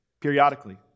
periodically